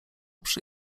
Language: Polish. przy